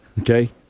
Okay